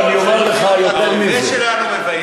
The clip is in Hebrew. אין לכם מה להגיד.